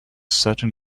certain